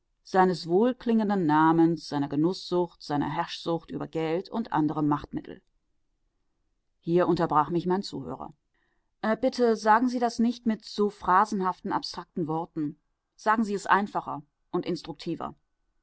seines wohlklingenden namens seiner genußsucht seiner herrschsucht über geld und andere machtmittel hier unterbrach mich mein zuhörer bitte sagen sie das nicht mit so phrasenhaften abstrakten worten sagen sie es einfacher und instruktiver